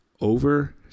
over